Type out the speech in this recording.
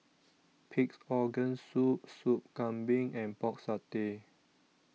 Pig'S Organ Soup Sup Kambing and Pork Satay